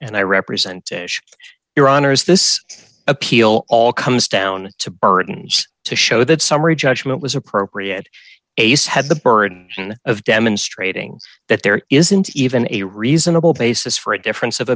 and i represent your honor as this appeal all comes down to burdens to show that summary judgment was appropriate ace had the burden of demonstrating that there isn't even a reasonable basis for a difference of